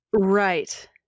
Right